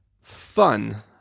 fun